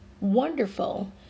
wonderful